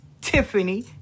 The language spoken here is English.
Tiffany